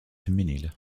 femminile